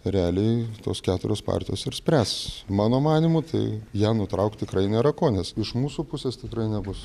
realiai tos keturios partijos ir spręs mano manymu tai ją nutraukt tikrai nėra ko nes iš mūsų pusės tikrai nebus